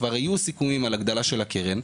כי כבר היו סיכומים על ההגדלה של הקרן,